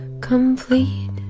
complete